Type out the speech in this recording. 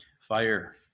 fire